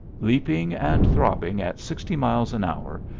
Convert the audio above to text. leaping and throbbing at sixty miles an hour,